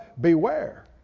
Beware